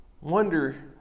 wonder